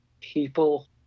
people